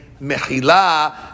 mechila